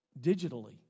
digitally